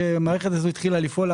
כשהמערכת התחילה לפעול,